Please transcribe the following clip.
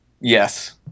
Yes